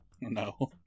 No